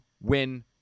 win